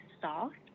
soft